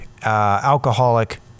Alcoholic